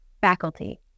faculty